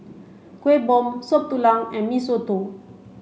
Kuih Bom Soup Tulang and Mee Soto